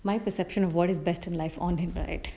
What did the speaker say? my perception of what is best in life on him right